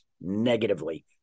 negatively